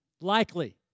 Likely